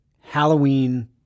Halloween